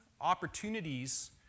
opportunities